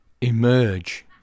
emerge